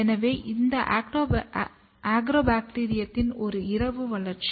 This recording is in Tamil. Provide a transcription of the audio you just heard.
எனவே இது அக்ரோபாக்டீரியத்தின் ஒரு இரவு வளர்ச்சி